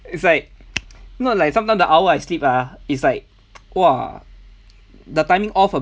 it's like not like sometimes the hour I sleep ah it's like !wah! the timing off